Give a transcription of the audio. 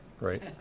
right